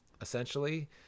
essentially